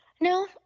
No